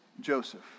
Joseph